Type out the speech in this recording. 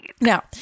Now